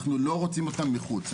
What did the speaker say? אנחנו לא רוצים אותם בחוץ.